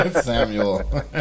samuel